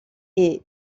est